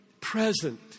present